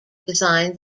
designed